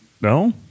No